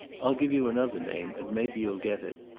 i'll give you another name, and maybe you'll get it.